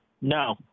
No